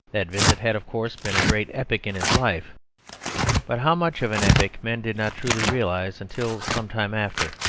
that visit had, of course, been a great epoch in his life but how much of an epoch men did not truly realise until, some time after,